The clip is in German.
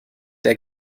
der